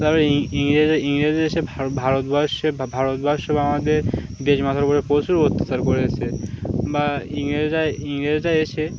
তারপরে ইংরেজ ইংরেজ এসে ভারতবর্ষে ভা ভারতবর্ষ বা আমাদের দেশমাতার ওপরে প্রচুর অত্যাচার করেছে বা ইংরেজরা ইংরেজরা এসে